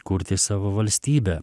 kurti savo valstybę